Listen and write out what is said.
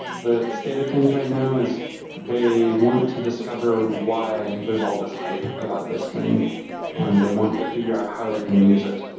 the state of things right now is they want to discover why there's all these hype about this thing and they want to figure out how they can use it.